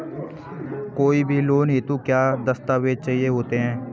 कोई भी लोन हेतु क्या दस्तावेज़ चाहिए होते हैं?